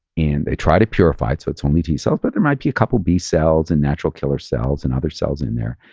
and they try to purify it. so it's only t-cells, but there and might be a couple of b-cells and natural killer cells and other cells in there.